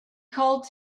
called